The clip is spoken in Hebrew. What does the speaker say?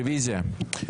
רביזיה.